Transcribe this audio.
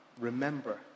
Remember